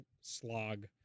slog